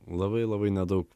labai labai nedaug